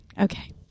okay